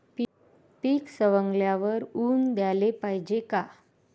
पीक सवंगल्यावर ऊन द्याले पायजे का?